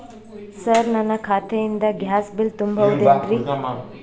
Sir ನನ್ನ ಖಾತೆಯಿಂದ gas bill ತುಂಬಹುದೇನ್ರಿ?